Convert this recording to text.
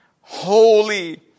holy